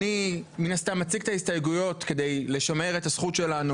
אני מציג את ההסתייגויות כדי לשמר את הזכות שלנו